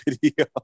video